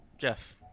Jeff